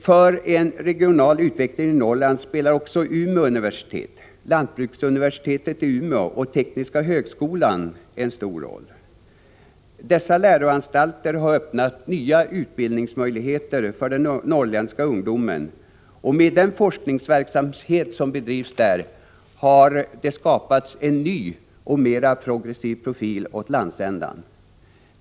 För en regional utveckling i Norrland spelar Umeå universitet, lantbruksuniversitetet i Umeå och tekniska högskolan i Luleå en stor roll. Dessa läroanstalter har öppnat nya utbildningsmöjligheter för den norrländska ungdomen. Med den forskningsverksamhet som bedrivs där har det skapats en ny och mera progressiv profil åt landsändan.